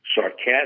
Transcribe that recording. sarcastic